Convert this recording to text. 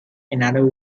another